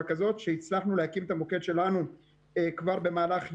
כזאת שהצלחנו להקים את המוקד שלנו כבר במהלך יוני,